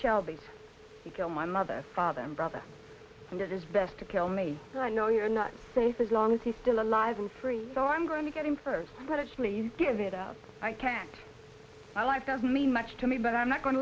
shelby he kill my mother father and brother and does his best to kill me so i know you're not safe as long as he's still alive and free so i'm going to get him first but actually give it up i can't i life doesn't mean much to me but i'm not going to